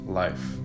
life